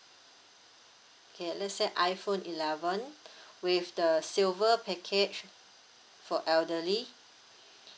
okay let's say iPhone eleven with the silver package for elderly